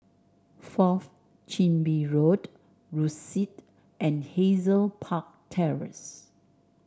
Fourth Chin Bee Road Rosyth and Hazel Park Terrace